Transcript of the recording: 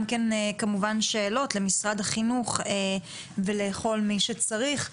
כן כמובן שאלות למשרד החינוך ולכל מי שצריך.